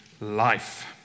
life